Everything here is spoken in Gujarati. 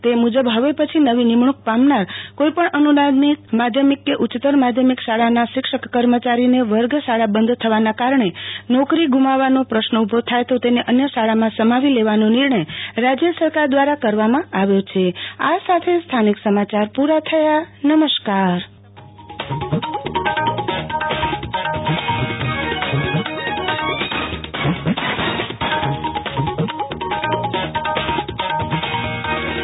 તે મુજબ હવે પછી નવી નિમણુંક પામનાર કોઈપણ અનુ દાનિત માધ્યમિક કે ઉચ્યતર માધ્યમિક શાળાના શિક્ષક કર્મચારીને વર્ગ શાળા બંધ થવાના કારણે નોકરી ગુમાવવાનો પ્રશ્ન ઉભો થાય તો તેને અન્ય શાળામાં સમાવી લેવાનો નિર્ણય રાજય સરકાર દ્રારા લેવામાં આવતા શિક્ષકોમાં આનંદની લાગણી ફેલાઈ છે